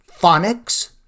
phonics